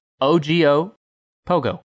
O-G-O-Pogo